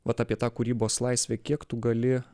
vat apie tą kūrybos laisvę kiek tu gali